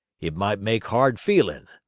it might make hard feelin'.